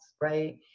right